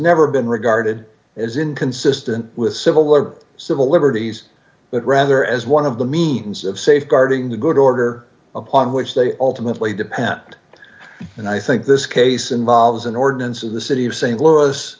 never been regarded as inconsistent with civil or civil liberties but rather as one of the means of safeguarding the good order upon which they ultimately depend and i think this case involves an ordinance in the city of st louis